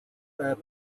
the